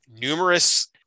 numerous